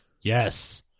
Yes